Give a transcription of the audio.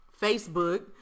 facebook